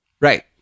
Right